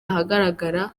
ahagaragara